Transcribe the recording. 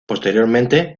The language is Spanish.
posteriormente